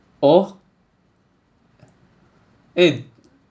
oh eh